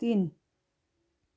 तिन